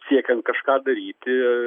siekiant kažką daryti